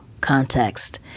context